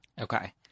Okay